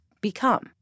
become